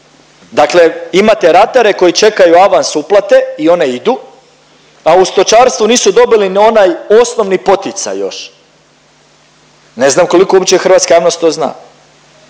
Dakle imate ratare koji čekaju avans uplate i one idu, a u stočarstvu nisu dobili ni onaj osnovni poticaj još. Ne znam koliko hrvatska javnost to zna.